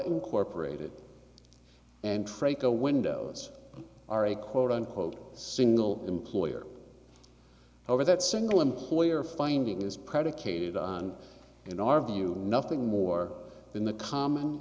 incorporated and trade to windows are a quote unquote single employer over that single employer finding is predicated on in our view nothing more than the common